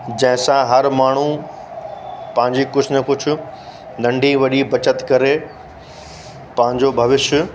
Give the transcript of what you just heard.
जंहिं सां हरु माण्हू पंहिंजी कुझु न कुझु नंढी वॾी बचति करे पंहिंजो भविष्य